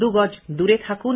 দুগজ দূরে থাকুন